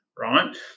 right